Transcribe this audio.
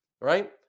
Right